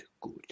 good